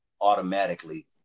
automatically